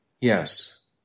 yes